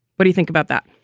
what do you think about that?